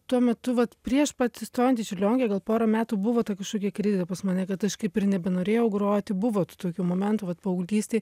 tuo metu vat prieš pat įstojant į čiurlionkę gal porą metų buvo ta kažkokia krizė pas mane kad aš kaip ir nebenorėjau groti buvo tų tokių momentų vat paauglystėj